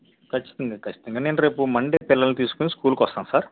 ఖచ్చితంగా ఖచ్చితంగా నేను రేపు మండే పిల్లలను తీసుకొని స్కూల్ కి వస్తాను సార్